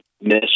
miss